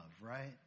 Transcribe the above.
right